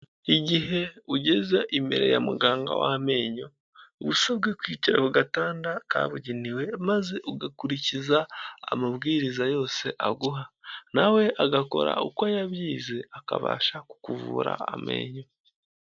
Igihe ugeze imbere ya muganga w'amenyo, uba usabwe kwicara ku gatanda kabugenewe, maze ugakurikiza amabwiriza yose aguha, na we agakora uko yabyize, akabasha kukuvura amenyo.